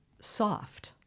soft